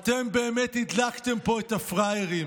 אתם באמת הדלקתם פה את הפראיירים.